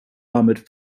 armoured